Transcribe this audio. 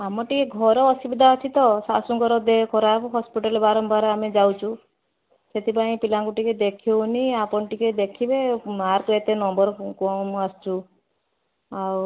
ଆମର ଟିକିଏ ଘର ଅସୁବିଧା ଅଛି ତ ଶାଶୁଙ୍କର ଦେହ ଖରାପ ହସ୍ପିଟାଲ୍ ବାରମ୍ବାର ଆମେ ଯାଉଛୁ ସେଥିପାଇଁ ପିଲାଙ୍କୁ ଟିକିଏ ଦେଖିହେଉନି ଆପଣ ଟିକିଏ ଦେଖିବେ ମାର୍କ ଏତେ ନମ୍ବର୍ କମ୍ ଆସୁଛି ଆଉ